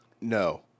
No